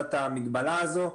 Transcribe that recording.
הורדת המגבלה הזו.